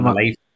life